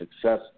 success